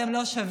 אתם לא שווים,